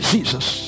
Jesus